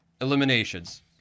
Eliminations